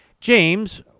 James